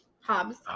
Hobbs